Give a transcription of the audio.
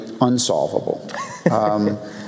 unsolvable